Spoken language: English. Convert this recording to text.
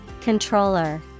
Controller